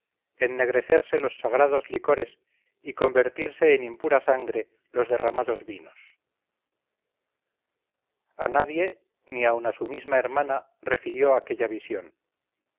ennegrecerse los sagrados licores y convertirse en impura sangre los derramados vinos a nadie ni aun a su misma hermana refirió aquella visión